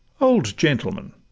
old gentleman,